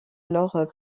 alors